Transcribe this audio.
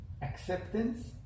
Acceptance